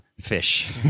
fish